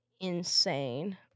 insane